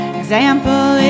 example